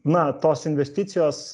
na tos investicijos